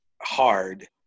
hard